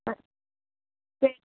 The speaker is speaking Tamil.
சரி